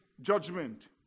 judgment